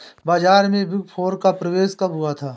बाजार में big four का प्रवेश कब हुआ था?